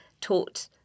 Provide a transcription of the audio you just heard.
taught